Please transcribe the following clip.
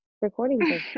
recording